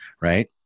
right